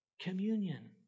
Communion